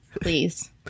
Please